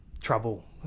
trouble